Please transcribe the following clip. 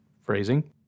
phrasing